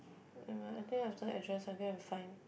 never mind I think after address I go and find